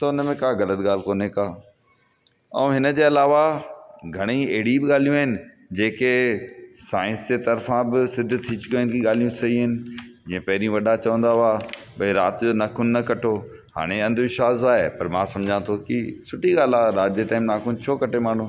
त उनमें का ग़लति ॻाल्हि कोन्हे का ऐं हिनजे अलावा घणेई अहिड़ी बि ॻाल्हियूं आहिनि जेके साइंस ते तरफा बि सिद्ध थी चुकियूं आहिनि की उन जी ॻाल्हियूं सही आहिनि जे पहिरीं वॾा चवंदा हुआ भई राति जो नाखुन न कटो हाणे अंधविश्वासु आहे पर मां सम्झा थो की सुठी ॻाल्हि आहे राति जे टाइम नाखुन छो कटे माण्हू